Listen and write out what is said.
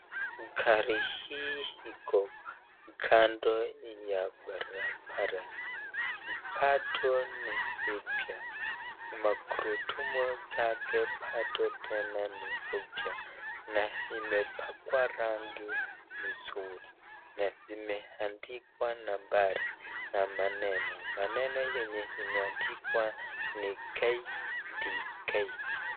Gari hii iko kando ya barabara, bado ni mpya , magurundumu zake bado tena ni upya na imepakwa rangi zuri na imeandikwa nambari na maneno. Maneno yenye imeandikwa ni KDK.